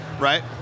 Right